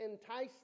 entice